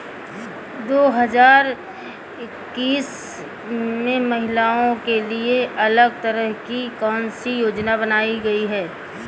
दो हजार इक्कीस में महिलाओं के लिए अलग तरह की कौन सी योजना बनाई गई है?